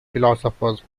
philosophers